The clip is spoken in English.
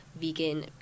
vegan